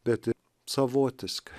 bet savotiškai